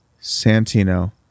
Santino